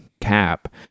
cap